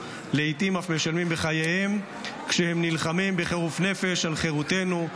לעיתים אף משלמים בחייהם כשהם נלחמים בחירוף נפש על חירותנו,